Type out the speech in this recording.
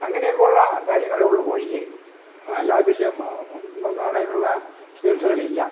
അങ്ങനെയൊക്കെ ഉള്ള കാര്യങ്ങളെ ഉള്ളൂ കോഴിക്ക് അല്ലാതെ വലിയ ഇന്നന്നങ്ങനെയൊക്കെയുള്ള ചികിത്സകളില്ല